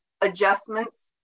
adjustments